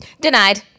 Denied